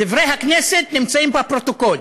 דברי הכנסת, נמצאים בפרוטוקול.